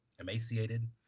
emaciated